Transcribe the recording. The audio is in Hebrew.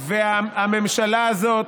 והממשלה הזאת,